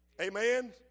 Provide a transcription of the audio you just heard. Amen